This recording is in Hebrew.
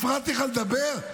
הפרעתי לך לדבר?